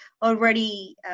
Already